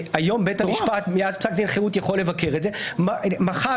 והיום בית המשפט יכול לבקר את זה מחר,